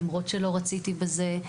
למרות שלא רציתי בזה.